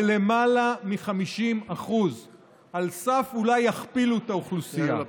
בלמעלה מ-50% אולי על סף להכפיל את האוכלוסייה.